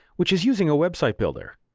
which is using a website builder.